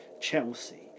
Chelsea